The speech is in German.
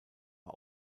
war